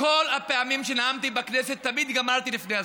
בכל הפעמים שנאמתי בכנסת תמיד גמרתי לפני הזמן.